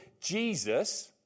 Jesus